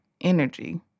energy